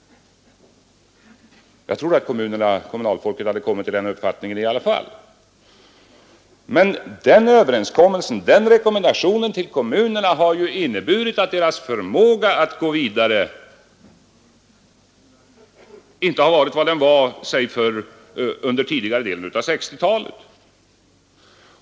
Jag tror att kommunalfolket själva skulle ha kommit till den uppfattningen. Den överenskommelsen eller rekommendationen till kommunerna har emellertid inneburit att deras förmåga att arbeta vidare inte har varit densamma som under tidigare delen av 1960-talet.